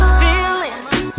feelings